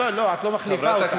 את לא מחליפה אותה.